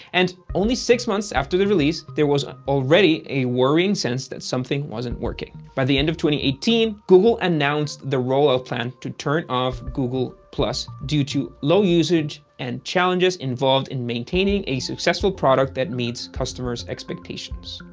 and only six months after the release, there was ah already a worrying sense that something wasn't working. by the end of two eighteen, google announced the rollout plan to turn off google plus due to low usage and challenges involved in maintaining a successful product that meets consumers' expectations,